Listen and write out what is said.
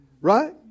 right